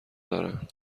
دارن